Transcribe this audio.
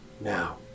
Now